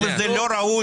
וזה לא ראוי.